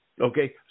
okay